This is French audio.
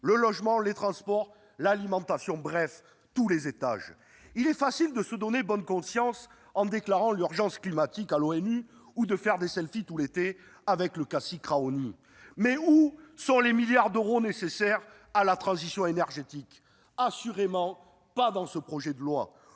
le logement, les transports, l'alimentation, bref tous les étages. Il est facile de se donner bonne conscience en déclarant l'urgence climatique à l'ONU ou de faire des selfies tout l'été avec le cacique Raoni. Mais où sont les milliards d'euros nécessaires à la transition énergétique ? Assurément pas dans ce projet de loi